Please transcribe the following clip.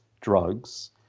drugs